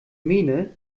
mähne